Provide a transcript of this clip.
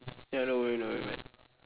ya don't worry don't worry man